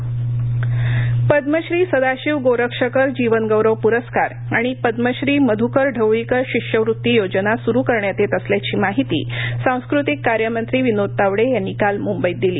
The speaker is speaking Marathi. शिष्यवत्ती पद्मश्री सदाशिव गोरक्षकर जीवनगौरव प्रस्कार आणि पद्मश्री मधूकर ढवळीकर शिष्यवृती योजना सुरू करण्यात येत असल्याची माहिती सांस्कृतिक कार्य मंत्री विनोद तावडे यांनी काल म्ंबईत दिली